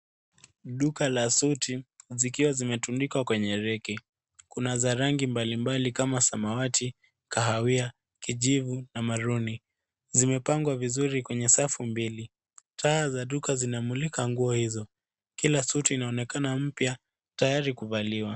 Duka la suti zikiwa zimetundikwa kwenye rege kuna za rangi mbalimbali kama samawati, kahawia, kijifu na maharuni, zimepangwa vizuri kwenye safu mbili, taa za duka zinamulika nguo hizo, Kila suti inaonekana mpya tayari kufaliwa